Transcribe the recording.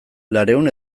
laurehun